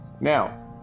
Now